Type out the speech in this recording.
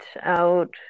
out